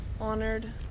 honored